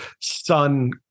sun